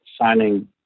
signing